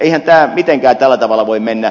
eihän tämä mitenkään tällä tavalla voi mennä